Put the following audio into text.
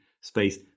space